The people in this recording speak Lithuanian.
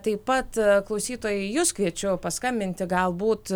taip pat klausytojai jus kviečiu paskambinti galbūt